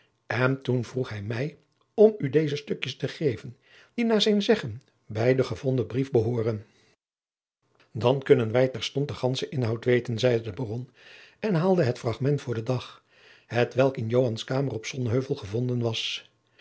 en toen vroeg hij mij om u deze stukjens te geven die naar zijn zeggen bij den gevonden brief behooren dan kunnen wij terstond den gandschen inhoud weten zeide de baron en haalde het fragment voor den dag hetwelk in joans kamer op sonheuvel gevonden was